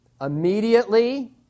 immediately